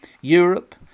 Europe